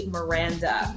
Miranda